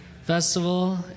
Festival